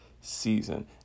season